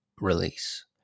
release